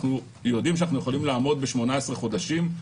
אנחנו יודעים שאנחנו יכולים לעמוד ב-18 חודשים,